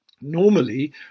Normally